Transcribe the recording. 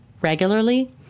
regularly